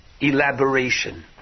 elaboration